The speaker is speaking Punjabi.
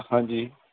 ਹਾਂਜੀ